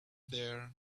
there